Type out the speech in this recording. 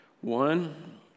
One